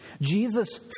Jesus